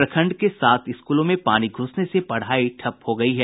प्रखंड के सात स्कूलों में पानी घूसने से पढ़ाई ठप हो गयी है